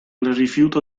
rifiuto